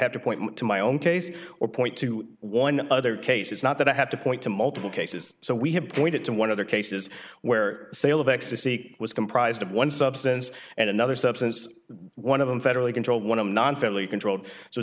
have to point to my own case or point to one other case it's not that i have to point to multiple cases so we have pointed to one of the cases where sale of ecstasy was comprised of one substance and another substance is one of them federally controlled one of non family controlled so